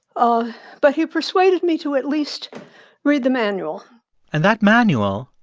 um but he persuaded me to at least read the manual and that manual,